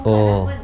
orh